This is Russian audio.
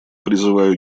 призываю